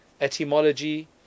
etymology